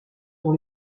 dont